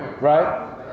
right